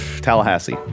Tallahassee